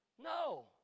No